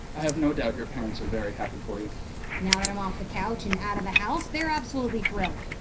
i have no doubt your parents are very happy for you now that i'm off the couch and out of the house, they're absolutely thrilled